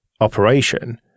operation